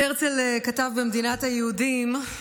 הרצל כתב במדינת היהודים: